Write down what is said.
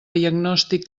diagnòstic